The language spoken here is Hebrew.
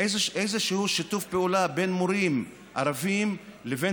איזשהו שיתוף פעולה בין מורים ערבים לבין